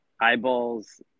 eyeballs